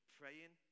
praying